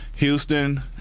Houston